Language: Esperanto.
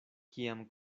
kiam